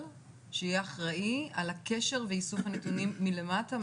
שיהיה אחראי על הקשר ואיסוף הנתונים מלמטה,